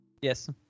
Yes